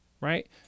right